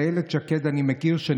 הם ילכו לבחירות?